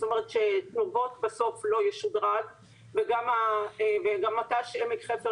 זאת אומרת שתנובות בסוף לא ישודרג וגם המט"ש של עמק חפר,